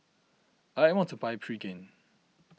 I want to buy Pregain